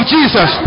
Jesus